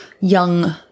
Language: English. young